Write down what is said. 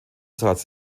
satz